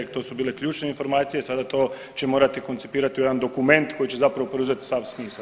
To su bile ključne informacije, sada to će morati koncipirati u jedan dokument koji će zapravo preuzeti sav smisao.